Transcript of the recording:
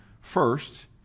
first